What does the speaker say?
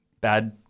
bad